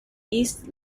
east